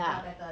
what pattern